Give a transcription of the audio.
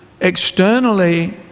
externally